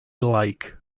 like